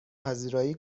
پذیرایی